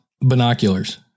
binoculars